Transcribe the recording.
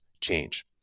change